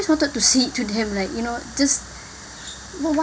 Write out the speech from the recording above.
just wanted to see to have like you know just what what